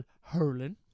hurling